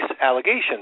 allegations